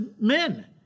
men